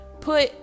put